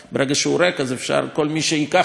כל מי שייקח את התנאים האלה,